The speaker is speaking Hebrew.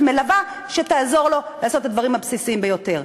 מלווה שתעזור לו לעשות את הדברים הבסיסיים ביותר.